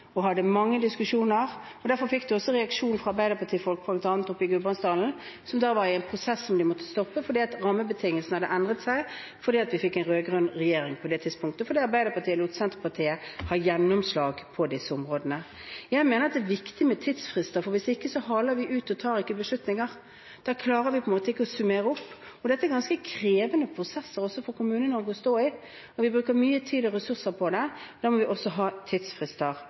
og hadde mange diskusjoner. Derfor fikk de også reaksjon fra arbeiderpartifolk, bl.a. oppe i Gudbrandsdalen, som da var i en prosess som de måtte stoppe, fordi rammebetingelsene hadde endret seg fordi vi fikk en rød-grønn regjering på det tidspunktet, og fordi Arbeiderpartiet lot Senterpartiet få gjennomslag på disse områdene. Jeg mener at det er viktig med tidsfrister, for hvis ikke haler vi det ut og tar ikke beslutninger. Da klarer vi på en måte ikke å summere opp. Dette er ganske krevende prosesser også for Kommune-Norge å stå i, og vi bruker mye tid og ressurser på det. Da må vi også ha tidsfrister